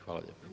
Hvala lijepo.